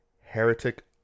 Heretic